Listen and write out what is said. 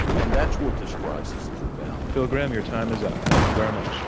and that's what this crisis is about. phil gramm, your time is up. thank you very much.